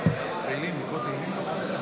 באוקטובר הקרוב יתקיימו הבחירות לרשויות המקומיות,